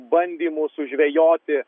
bandymų sužvejoti